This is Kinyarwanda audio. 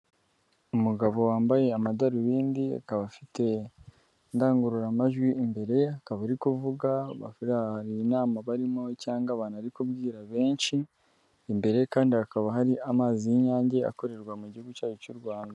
Umugabo wambaye amadarubindi akaba afite indangururamajwi imbere ye, akaba ari kuvuga buriya hari inama barimo cyangwa abantu ari kubwira benshi, imbere kandi hakaba hari amazi y'inyange akorerwa mu gihugu cyacu cy'u Rwanda.